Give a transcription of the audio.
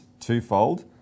twofold